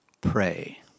pray